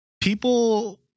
people